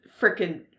freaking